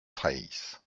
fraysse